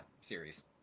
series